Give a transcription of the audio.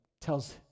tells